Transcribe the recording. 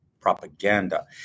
propaganda